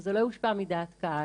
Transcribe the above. שזה לא יושפע מדעת קהל,